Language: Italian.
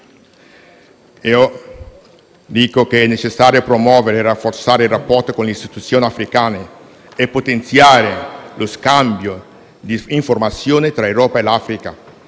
umani. È necessario promuovere e rafforzare i rapporti con le istituzioni africane e potenziare lo scambio di informazioni tra l'Europa e l'Africa.